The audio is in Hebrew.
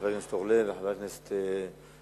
לחבר הכנסת אורלב ולחבר הכנסת אריאל,